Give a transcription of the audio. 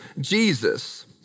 Jesus